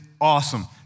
awesome